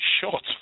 shot